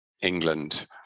England